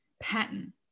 pattern